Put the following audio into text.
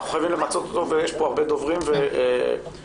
אנחנו חייבים למצות את הדיון הזה ויש פה הרבה דוברים,